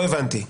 לא הבנתי,